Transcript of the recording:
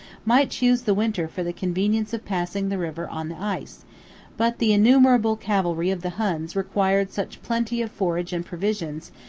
might choose the winter for the convenience of passing the river on the ice but the innumerable cavalry of the huns required such plenty of forage and provisions,